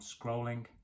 scrolling